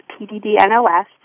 PDD-NOS